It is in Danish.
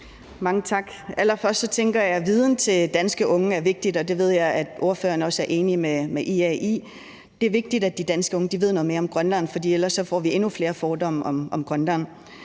Mange tak. Allerførst tænker jeg, at det er vigtigt, at danske unge får mere viden, og det ved jeg at ordføreren også er enig med IA i. Det er vigtigt, at de danske unge ved noget mere om Grønland, for ellers får vi endnu flere fordomme om Grønland.